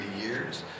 years